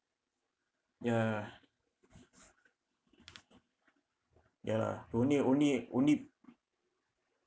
ya ya lah only only only